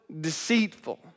deceitful